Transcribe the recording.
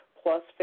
plus